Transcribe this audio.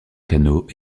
canot